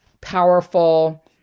powerful